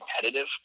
competitive